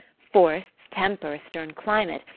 forests temper a stern climate,